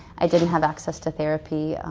i didn't have access to therapy.